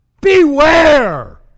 Beware